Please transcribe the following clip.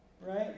right